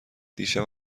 دیشب